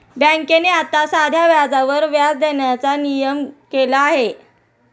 बँकेने आता साध्या व्याजावर व्याज देण्याचा नियम केला आहे